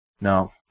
No